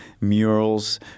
murals